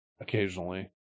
Occasionally